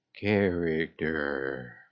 Character